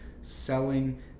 selling